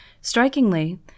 Strikingly